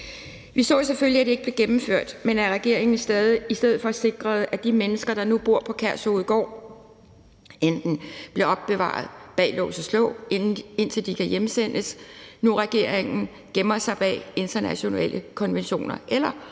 Vi så selvfølgelig gerne, at det ikke blev gennemført, men at regeringen i stedet for sikrede, at de mennesker, der nu bor på Kærshovedgård, enten bliver opbevaret bag lås og slå, indtil de kan hjemsendes – nu, hvor regeringen gemmer sig bag internationale konventioner – eller, og jeg